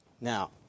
Now